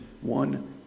one